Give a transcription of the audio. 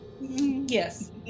Yes